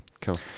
Cool